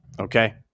Okay